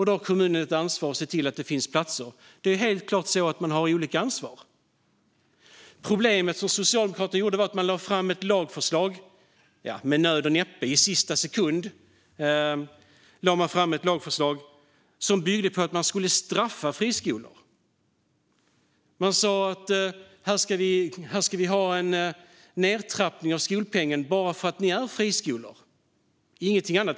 Då har kommunen ett ansvar för att se till att det finns platser. Det är helt klart så att man har olika ansvar. Problemet var att Socialdemokraterna lade fram ett lagförslag. Ja, med nöd och näppe och i sista sekund lade man fram ett lagförslag som byggde på att man skulle straffa friskolor. Man sa: Här ska vi ha en nedtrappning av skolpengen bara för att ni är friskolor, ingenting annat.